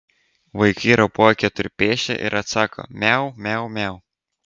vaikai ropoja keturpėsčia ir atsako miau miau miau